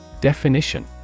Definition